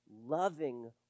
loving